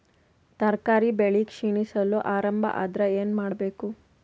ತರಕಾರಿ ಬೆಳಿ ಕ್ಷೀಣಿಸಲು ಆರಂಭ ಆದ್ರ ಏನ ಮಾಡಬೇಕು?